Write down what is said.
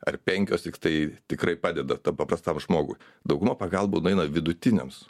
ar penkios tai tikrai padeda tam paprastam žmogui dauguma pagalbų nueina vidutiniams